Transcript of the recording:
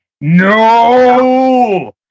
no